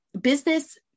business